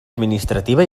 administrativa